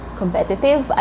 competitive